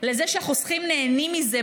לזה שהחוסכים נהנים מזה,